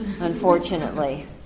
Unfortunately